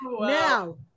now